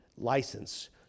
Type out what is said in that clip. license